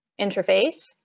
interface